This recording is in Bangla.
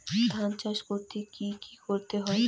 ধান চাষ করতে কি কি করতে হয়?